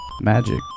Magic